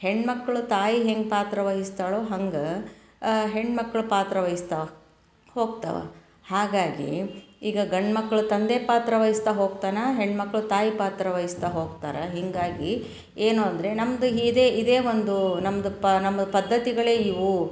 ಹೆಣ್ಣು ಮಕ್ಕಳು ತಾಯಿ ಹೆಂಗೆ ಪಾತ್ರ ವಹಿಸ್ತಾಳೋ ಹಂಗೇ ಹೆಣ್ಣು ಮಕ್ಕಳು ಪಾತ್ರ ವಹಿಸ್ತವೆ ಹೋಗ್ತವೆ ಹಾಗಾಗಿ ಈಗ ಗಂಡು ಮಕ್ಕಳು ತಂದೆ ಪಾತ್ರ ವಹಿಸ್ತಾ ಹೋಗ್ತಾನೆ ಹೆಣ್ಣು ಮಕ್ಕಳು ತಾಯಿ ಪಾತ್ರ ವಹಿಸ್ತಾ ಹೋಗ್ತಾರೆ ಹೀಗಾಗಿ ಏನು ಅಂದರೆ ನಮ್ಮದು ಇದೇ ಇದೇ ಒಂದು ನಮ್ಮದು ಪ ನಮ್ಮದು ಪದ್ಧತಿಗಳೇ ಇವು